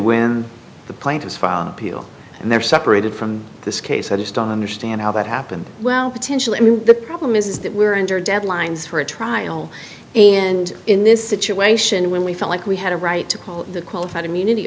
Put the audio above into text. win the plaintiffs file an appeal and they're separated from this case i just don't understand how that happened well potentially i mean the problem is is that we're injured deadlines for a trial and in this situation when we felt like we had a right to call the qualified immunity